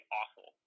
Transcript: awful